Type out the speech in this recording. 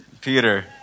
Peter